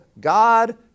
God